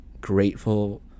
grateful